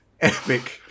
epic